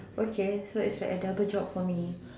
okay so it's like a double job for me